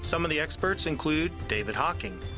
so of the experts include david hocking,